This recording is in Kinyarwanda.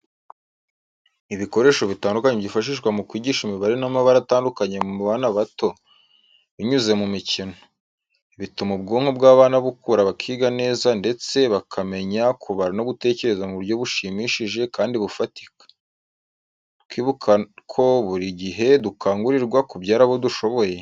Ibikoresho bitandukanye byifashishwa mu kwigisha imibare n’amabara atandukanye ku bana bato, binyuze mu mikino. Bituma ubwonko bw'abana bukura bakiga neza ndetse bakamenya kubara no gutekereza mu buryo bushimishije kandi bufatika. Twibuka ko buri gihe dukangurirwa kubyara abo dushoboye.